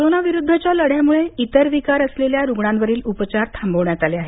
corona विरुद्धच्या लढ्यामुळे इतर विकार असलेल्या रुग्णांवरील उपचार थांबवण्यात आले आहेत